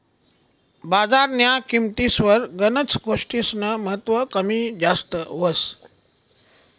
बजारन्या किंमतीस्वर गनच गोष्टीस्नं महत्व कमी जास्त व्हस